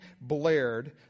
blared